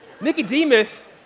Nicodemus